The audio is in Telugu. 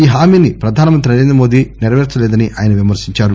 ఈ హామీని ప్రధానమంత్రి నరేంద్ర మోదీ నెరపేర్చలేదని ఆయన విమర్శించారు